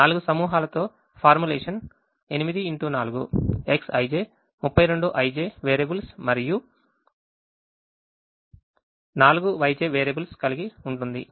4 సమూహాల తో formulation 8x4 Xij 32Xij variables మరియు 4Yj వేరియబుల్స్ కలిగి ఉంటుంది